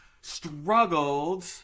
struggled